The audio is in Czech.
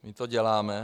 My to děláme.